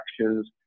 actions